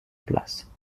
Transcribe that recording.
place